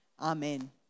Amen